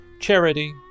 charity